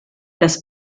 das